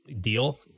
deal